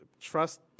Trust